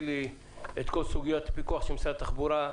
לי את כל סוגיית הפיקוח של משרד התחבורה,